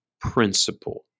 principle